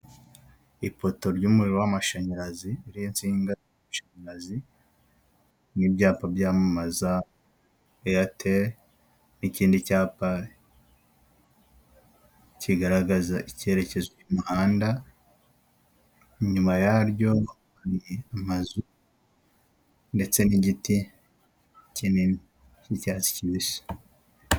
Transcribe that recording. Ipoto ry'umuriro w'amashanyaraze ririho insinga z'amashanyarazi n'ibyapa byamamaza Aitel n'ikindi cyapa kigaragaza icyerekezo imihanda, inyuma yaryo amazu ndetse n'igiti kinini cy'icyatsi kibisi.